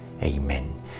Amen